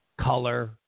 color